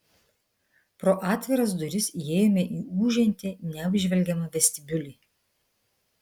pro atviras duris įėjome į ūžiantį neapžvelgiamą vestibiulį